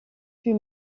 fut